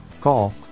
Call